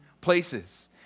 places